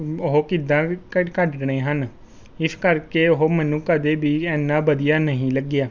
ਉਹ ਕਿੱਦਾਂ ਕੱਢ ਕੱਢਣੇ ਹਨ ਇਸ ਕਰਕੇ ਉਹ ਮੈਨੂੰ ਕਦੇ ਵੀ ਇੰਨਾ ਵਧੀਆ ਨਹੀਂ ਲੱਗਿਆ